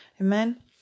Amen